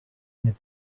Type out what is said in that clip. més